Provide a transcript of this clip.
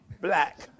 black